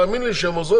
תאמין לי שהן עוזרות,